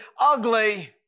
ugly